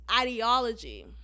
ideology